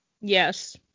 Yes